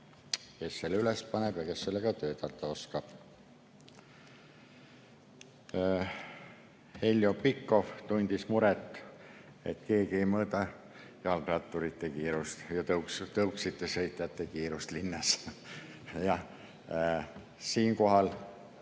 kes selle üles paneb ja kes sellega töötada oskab. Heljo Pikhof tundis muret, et keegi ei mõõda jalgratturite kiirust ja linnas tõuksiga sõitjate kiirust. Siinkohal